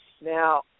Now